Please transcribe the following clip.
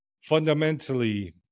fundamentally